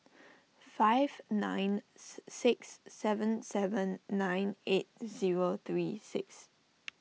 five nine six seven seven nine eight zero three six